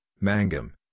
Mangum